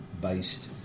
based